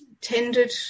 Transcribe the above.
tended